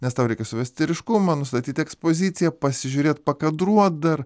nes tau reikia suvesti ryškumą nustatyti ekspoziciją pasižiūrėt pakadruot dar